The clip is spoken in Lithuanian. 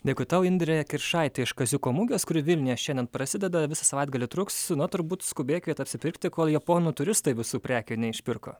dėkui tau indrė kiršaitė iš kaziuko mugės kuri vilniuje šiandien prasideda visą savaitgalį truks na turbūt skubėkit apsipirkti kol japonų turistai visų prekių neišpirko